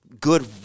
good